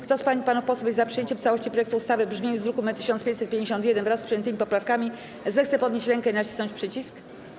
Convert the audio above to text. Kto z pań i panów posłów jest za przyjęciem w całości projektu ustawy w brzmieniu z druku nr 1551, wraz z przyjętymi poprawkami, zechce podnieść rękę i nacisnąć przycisk.